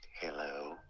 Hello